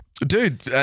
Dude